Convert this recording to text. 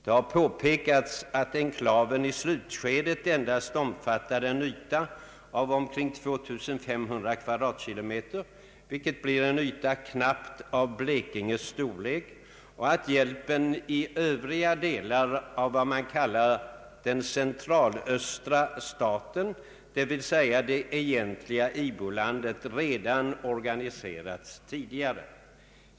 Det har påpekats att enklaven i slutskedet endast omfattade en yta av omkring 2 500 kvadratkilometer, vilket blir en yta knappt av Blekinges storlek, och att hjälpen i övriga delar av vad man kallar den centralöstra staten, d.v.s. det egentliga ibo-landet, redan organiserats tidigare.